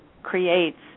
Creates